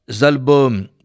albums